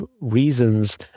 reasons